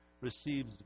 receives